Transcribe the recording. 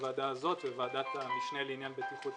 הוועדה הזאת וועדת המשנה לעניין בטיחות